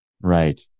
Right